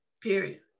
period